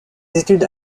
études